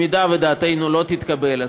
אם דעתנו לא תתקבל,